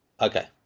Okay